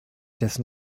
dessen